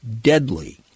deadly